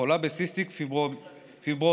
חולה בסיסטיק פיברוזיס,